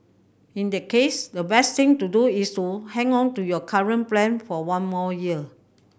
in the case the best thing to do is to hang on to your current plan for one more year